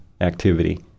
activity